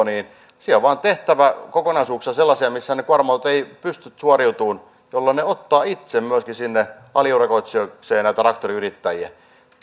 niin siellä on vain tehtävä kokonaisuuksia sellaisia missä ne kuorma autot eivät pysty suoriutumaan jolloin ne ottavat itse myöskin sinne aliurakoitsijoikseen näitä traktoriyrittäjiä